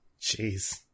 Jeez